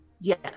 Yes